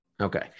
Okay